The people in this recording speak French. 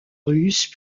russes